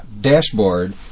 dashboard